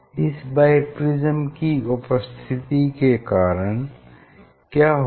इस बाइप्रिज्म की उपस्थिति के कारण क्या होगा